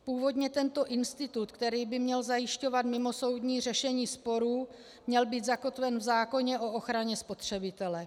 Původně tento institut, který by měl zajišťovat mimosoudní řešení sporů, měl být zakotven v zákoně o ochraně spotřebitele.